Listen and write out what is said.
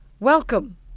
Welcome